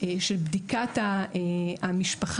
נראה שתצטרך להמתין בין שנה